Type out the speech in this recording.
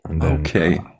Okay